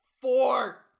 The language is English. Four